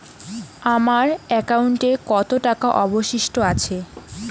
আমার একাউন্টে কত টাকা অবশিষ্ট আছে?